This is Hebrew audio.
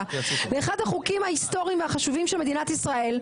באחד החוקים ההיסטוריים והחשובים של מדינת ישראל,